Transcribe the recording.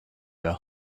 years